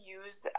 use